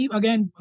again